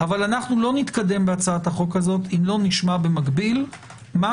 אבל לא נתקדם בהצעת החוק הזאת אם לא נשמע במקביל מה